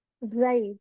Right